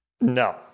No